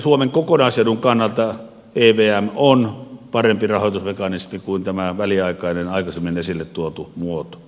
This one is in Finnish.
suomen kokonaisedun kannalta evm on parempi rahoitusmekanismi kuin tämä väliaikainen aikaisemmin esille tuotu muoto